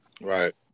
right